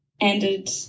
ended